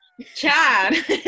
Chad